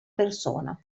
persona